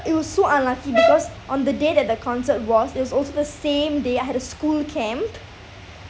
it was so unlucky because on the day that the concert was it's also the same day I had a school camp